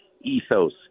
ethos